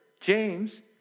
James